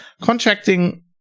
Contracting